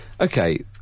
okay